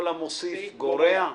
"כל המוסיף גורע".